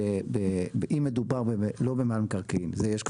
אם מדובר לא בבעל מקרקעין,